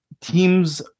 Teams